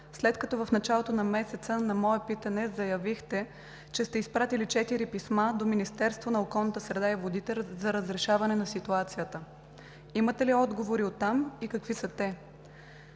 след като в началото на месеца на мое питане заявихте, че сте изпратили четири писма до Министерството на околната среда и водите за разрешаване на ситуацията? Имате ли отговори от там и какви са те?